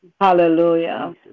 Hallelujah